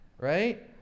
right